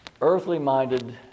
Earthly-minded